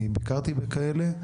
אני ביקרתי בכאלה.